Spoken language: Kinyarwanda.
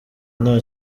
nta